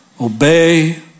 obey